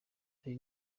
ari